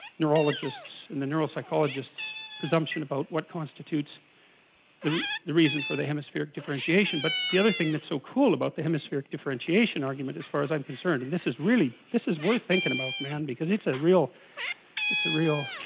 neurologists and the neuropsychologist presumption about what constitutes the the reason for the hemispheric differentiation but the other thing that's so cool the hemispheric differentiation argument as far as i'm concerned and this is really this is worth thinking about man because it's a real it's a real